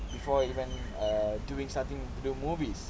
before he went err to starting to do movies